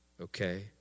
Okay